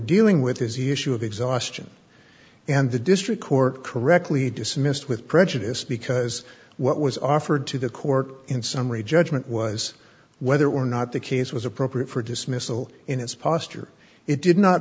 dealing with is he issue of exhaustion and the district court correctly dismissed with prejudice because what was offered to the court in summary judgment was whether or not the case was appropriate for dismissal in its posture it did not